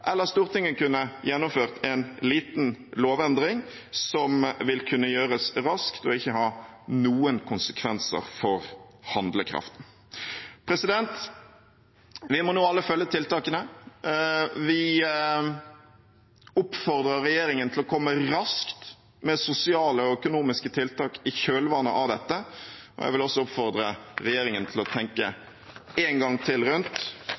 eller Stortinget kunne gjennomført en liten lovendring som vil kunne gjøres raskt og ikke ha noen konsekvenser for handlekraften. Vi må alle nå følge tiltakene. Vi oppfordrer regjeringen til raskt å komme med sosiale og økonomiske tiltak i kjølvannet av dette, og jeg vil også oppfordre regjeringen til å tenke en gang til